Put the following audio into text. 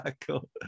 cool